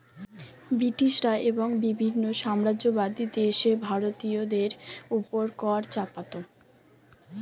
ব্রিটিশরা এবং বিভিন্ন সাম্রাজ্যবাদী দেশ ভারতীয়দের উপর কর চাপাতো